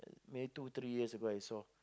maybe two three years ago I saw